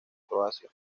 croacia